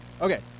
Okay